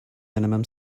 minimum